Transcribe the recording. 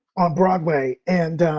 on broadway. and,